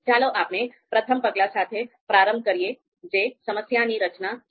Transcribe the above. ચાલો આપણે પ્રથમ પગલા સાથે પ્રારંભ કરીએ જે સમસ્યાની રચના છે